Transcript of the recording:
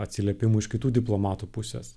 atsiliepimų iš kitų diplomatų pusės